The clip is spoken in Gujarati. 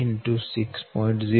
015 X 6